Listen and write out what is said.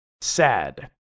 sad